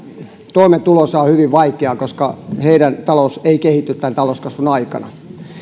toimeentulonsa on hyvin vaikeaa koska heidän taloutensa ei kehity tämän talouskasvun aikana